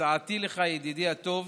הצעתי לך, ידידי הטוב,